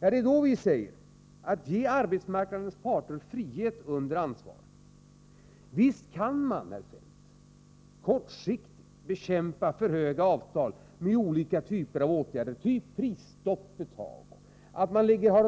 Vi moderater säger att arbetsmarknadens parter skall ges frihet under ansvar. Visst kan man, herr Feldt, kortsiktigt bekämpa för höga avtal med olika typer av åtgärder, exempelvis prisstopp och